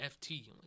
FT